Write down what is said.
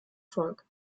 volk